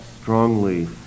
strongly